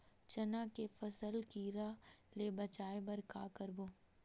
चना के फसल कीरा ले बचाय बर का करबो?